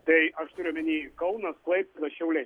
tai aš turiu omeny kaunas klaipėda šiauliai